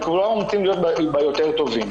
וכולם רוצים להיות יותר טובים.